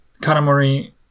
Kanamori